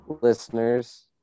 Listeners